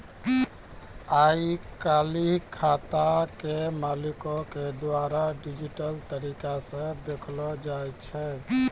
आइ काल्हि खाता के मालिको के द्वारा डिजिटल तरिका से देखलो जाय छै